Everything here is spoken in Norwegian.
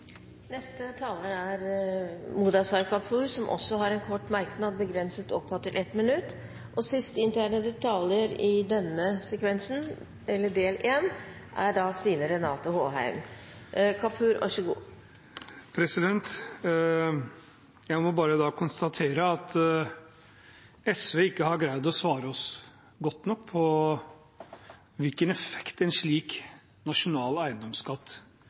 Kapur har hatt ordet to ganger tidligere og får ordet til en kort merknad, begrenset til 1 minutt. Jeg må bare konstatere at SV ikke har greid å svare oss godt nok på hvilken effekt en slik nasjonal eiendomsskatt